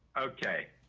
okay.